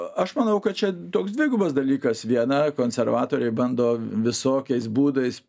aš manau kad čia toks dvigubas dalykas viena konservatoriai bando visokiais būdais